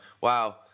Wow